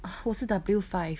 我是 W five